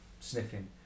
sniffing